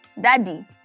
Daddy